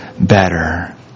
better